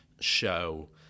show